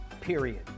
Period